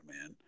man